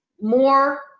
more